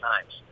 times